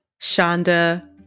Shonda